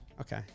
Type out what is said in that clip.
Okay